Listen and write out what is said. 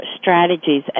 strategies